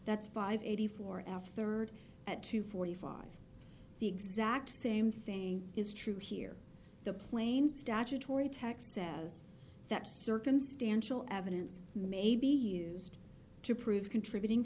that's five eighty four afterward at two forty five the exact same thing is true here the plain statutory text says that circumstantial evidence may be used to prove contributing